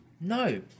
No